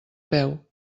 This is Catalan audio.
peu